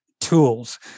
tools